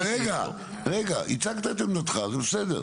--- רגע, הצגת את עמדתך, זה בסדר,